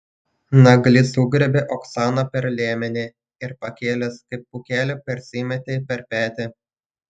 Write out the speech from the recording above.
naglis sugriebė oksaną per liemenį ir pakėlęs kaip pūkelį persimetė per petį